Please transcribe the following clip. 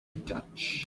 dutch